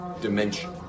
Dimension